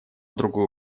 другую